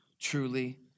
truly